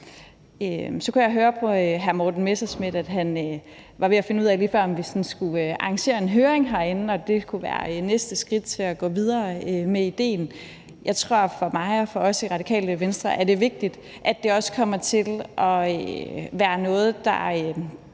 Så kunne jeg høre på hr. Morten Messerschmidt, at han var ved at finde ud af, om vi skulle arrangere en høring herinde. Og det kunne være næste skridt til at gå videre med idéen. Jeg tror, at for mig og os i Radikale Venstre er det vigtigt, at det også kommer til at være noget, der har